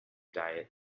diet